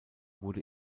wurde